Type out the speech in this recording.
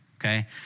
okay